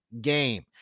game